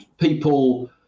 people